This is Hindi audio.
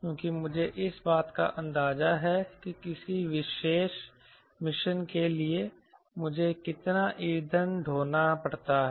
क्योंकि मुझे इस बात का अंदाजा है कि किसी विशेष मिशन के लिए मुझे कितना ईंधन ढोना पड़ता है